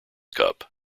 cup